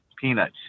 peanuts